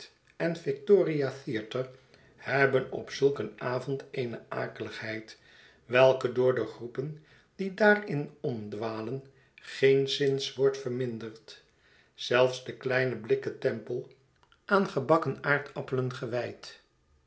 en victoria theatre hebben op zulk een avond eene akeligheid welke door de groepen die daarin orpdwalen geenszins wordt verminderd zelfs de kleine blikken tempel aan gebakken aardappclen gewijd